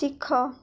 ଶିଖ